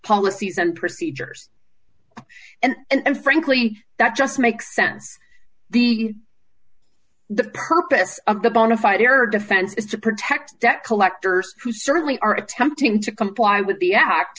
policies and procedures and frankly that just makes sense the the purpose of the bonafide air defense is to protect debt collectors who certainly are attempting to comply with the act